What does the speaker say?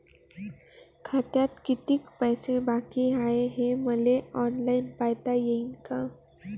खात्यात कितीक पैसे बाकी हाय हे मले ऑनलाईन पायता येईन का?